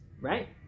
Right